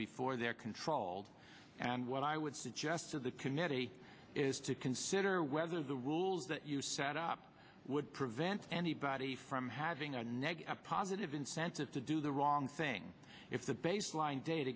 before they're controlled and what i would suggest to the committee is to consider whether the rules that you set up would prevent anybody from having a negative positive incentive to do the wrong thing if the baseline dat